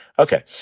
Okay